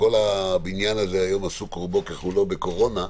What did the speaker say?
כל הבניין הזה היום עסוק רובו ככולו בקורונה,